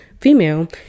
female